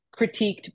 critiqued